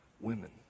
women